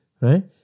right